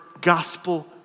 gospel